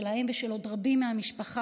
שלהם ושל עוד רבים מהמשפחה,